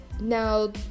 now